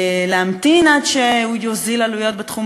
להמתין עד שהוא יוזיל עלויות בתחום